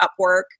Upwork